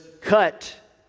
cut